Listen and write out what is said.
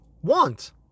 want